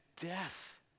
death